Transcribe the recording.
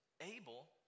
Abel